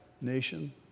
nation